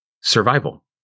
survival